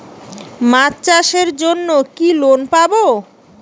মাছ চাষের জন্য কি লোন পাব?